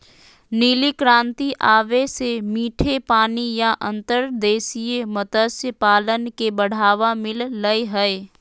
नीली क्रांति आवे से मीठे पानी या अंतर्देशीय मत्स्य पालन के बढ़ावा मिल लय हय